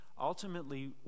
Ultimately